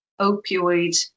opioid